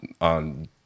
on